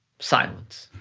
silence.